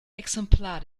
exemplar